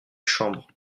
chambre